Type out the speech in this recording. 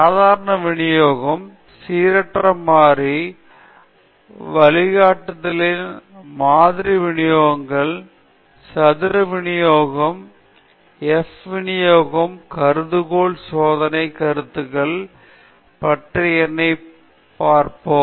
சாதாரண விநியோகம் சீரற்ற மாறி வழிகாட்டல்களின் மாதிரி விநியோகங்கள் சதுர விநியோகம் f விநியோகம் கருதுகோள் சோதனை கருத்துகள் பற்றி என்னைப் பற்றி பார்த்தோம்